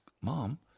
mom